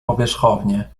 powierzchownie